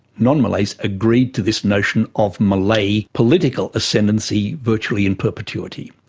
non-malays, agreed to this notion of malay political ascendancy virtually in perpetuity.